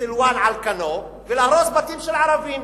בסילואן על כנו ולהרוס בתים של ערבים.